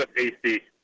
but eight.